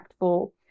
impactful